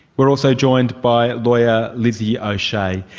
we are also joined by lawyer lizzie o'shea.